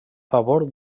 favor